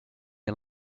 the